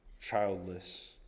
childless